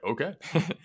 okay